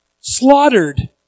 Slaughtered